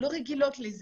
אנחנו לא רגילות לזה.